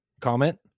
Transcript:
comment